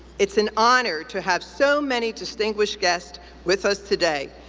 it's an honor to have so many distinguished guests with us today.